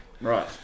Right